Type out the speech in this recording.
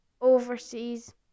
overseas